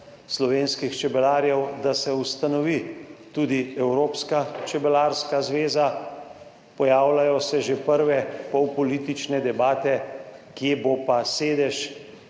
slovenskih čebelarjev, da se ustanovi tudi evropska čebelarska zveza. Pojavljajo se že prve pol politične debate, kje bo pa sedež,